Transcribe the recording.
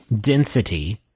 density